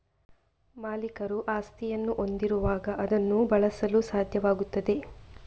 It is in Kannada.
ಮಾಲೀಕರು ಆಸ್ತಿಯನ್ನು ಹೊಂದಿರುವಾಗ ಅದನ್ನು ಬಳಸಲು ಸಾಧ್ಯವಾಗುತ್ತದೆ